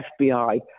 FBI